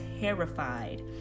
terrified